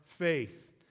faith